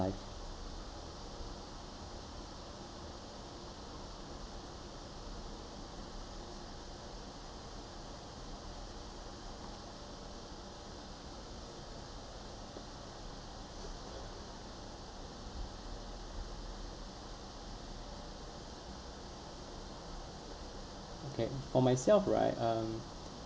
okay for myself right um